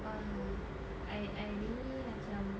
ah I I really macam